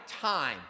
time